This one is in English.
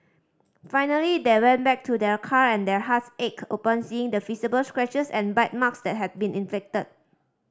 finally they went back to their car and their hearts ached upon seeing the visible scratches and bite marks that had been inflicted